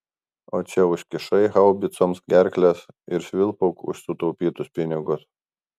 o čia užkišai haubicoms gerkles ir švilpauk už sutaupytus pinigus